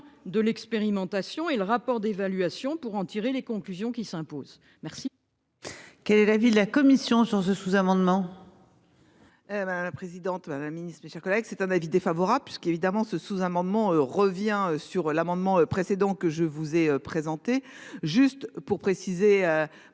de l'expérimentation et le rapport d'évaluation pour en tirer les conclusions qui s'imposent. Quel